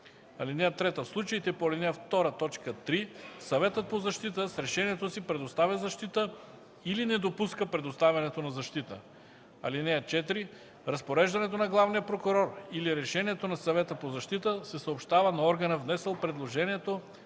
5.” (3) В случаите по ал. 2, т. 3 Съветът по защита с решението си предоставя защита или не допуска предоставянето на защита. (4) Разпореждането на главния прокурор или решението на Съвета по защита се съобщава на органа, внесъл предложението,